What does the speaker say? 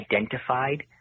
identified